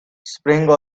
springs